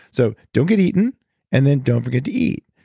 so don't get eaten and then don't forget to eat.